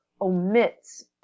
omits